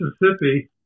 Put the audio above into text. Mississippi